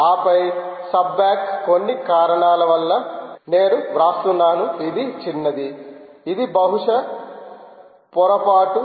ఆపై సబ్బ్యాక్ కొన్ని కారణాల వల్ల నేను వ్రస్తున్నాను ఇది చిన్నది ఇది బహుశా పొరపాటు